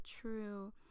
true